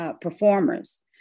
performers